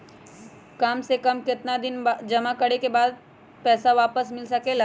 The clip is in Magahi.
काम से कम केतना दिन जमा करें बे बाद पैसा वापस मिल सकेला?